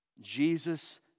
Jesus